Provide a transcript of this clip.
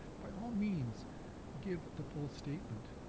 by all means give the full statement.